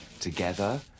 together